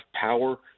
power